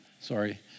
Sorry